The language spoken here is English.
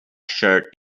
shirt